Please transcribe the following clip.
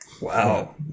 Wow